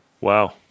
Wow